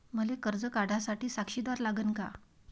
मले कर्ज काढा साठी साक्षीदार लागन का?